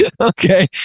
Okay